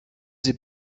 sie